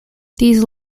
these